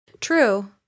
True